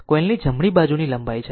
આ કોઇલની જમણી બાજુની લંબાઈ છે